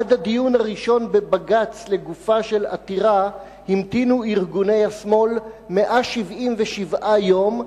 עד הדיון הראשון בבג"ץ לגופה של עתירה המתינו ארגוני השמאל 177 יום,